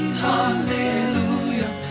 hallelujah